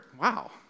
wow